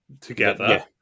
together